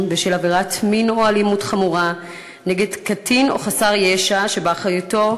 בשל עבירת מין או אלימות חמורה נגד קטין או חסר ישע שבאחריותו,